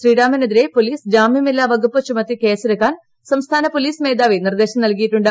ശ്രീറാമിന് എതിരെ പൊലീസ് ജാമ്യമില്ലാ വകുപ്പ് ചുമത്തി കേസെടുക്കാൻ സംസ്ഥാന പൊലീസ് മേധാവി ് നിർദേശം നൽകിയിട്ടുണ്ട്